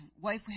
wife